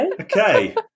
Okay